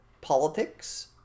politics